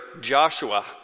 Joshua